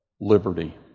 liberty